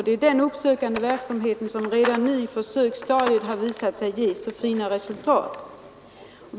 Det är en uppsökande verksamhet som redan nu under försöksstadiet visat sig ge mycket fina resultat.